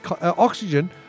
oxygen